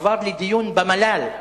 עבר לדיון במל"ל,